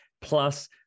Plus